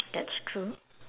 that's true